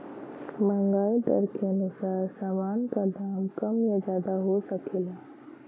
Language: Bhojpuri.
महंगाई दर के अनुसार सामान का दाम कम या ज्यादा हो सकला